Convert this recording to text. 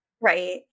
Right